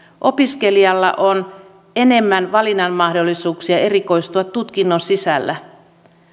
opiskelijalla on enemmän valinnanmahdollisuuksia erikoistua tutkinnon sisällä